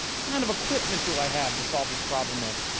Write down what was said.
what kind of equipment do i have to solve this problem with?